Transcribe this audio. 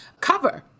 cover